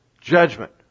judgment